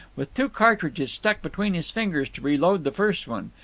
with two cartridges stuck between his fingers to reload the first one.